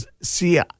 see